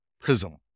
prism